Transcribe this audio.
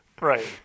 Right